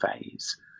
phase